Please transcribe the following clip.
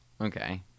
okay